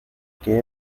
que